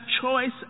choice